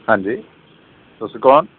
ਹਾਂਜੀ ਤੁਸੀਂ ਕੌਣ